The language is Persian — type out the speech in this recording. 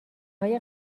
های